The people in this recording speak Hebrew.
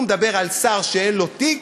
הוא מדבר על שר שאין לו תיק,